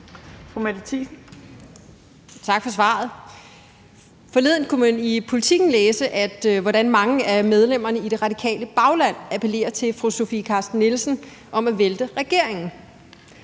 Mette Thiesen (NB): Tak for svaret. Forleden kunne man i Politiken læse, hvordan mange af medlemmerne i det radikale bagland appellerer til fru Sofie Carsten Nielsen om at vælte regeringen.